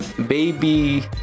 Baby